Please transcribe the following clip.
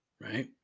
right